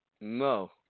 No